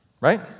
Right